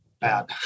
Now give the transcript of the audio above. bad